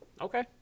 Okay